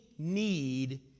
Need